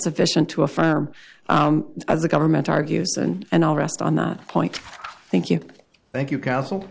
sufficient to affirm as the government argues and and all rest on the point thank you thank you counsel